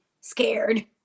scared